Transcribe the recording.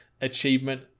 achievement